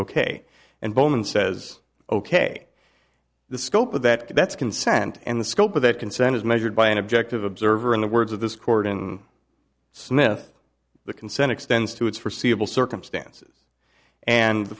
ok and bowman says ok the scope of that that's consent and the scope of that consent is measured by an objective observer in the words of this court in smith the consent extends to its forseeable circumstances and the